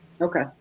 Okay